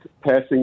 passing